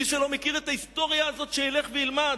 מי שלא מכיר את ההיסטוריה הזאת, שילך וילמד.